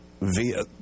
via